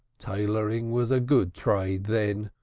tailoring was a good trade then.